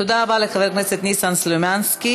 תודה רבה לחבר הכנסת ניסן סלומינסקי.